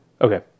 Okay